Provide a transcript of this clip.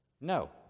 No